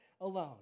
alone